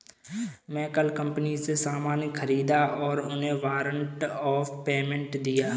मैं कल कंपनी से सामान ख़रीदा और उन्हें वारंट ऑफ़ पेमेंट दिया